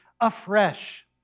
afresh